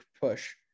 push